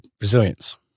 resilience